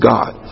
God